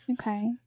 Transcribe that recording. Okay